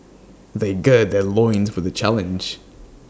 they gird their loins for the challenge